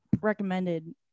recommended